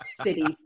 City